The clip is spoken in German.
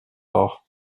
auch